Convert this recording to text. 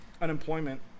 unemployment